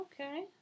okay